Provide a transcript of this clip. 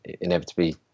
inevitably